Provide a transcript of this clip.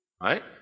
right